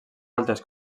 altres